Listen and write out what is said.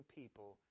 people